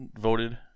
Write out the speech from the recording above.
voted